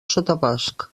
sotabosc